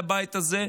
לבית הזה,